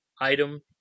item